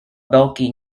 veliky